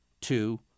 Two